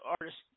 artist